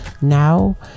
Now